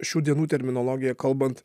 šių dienų terminologija kalbant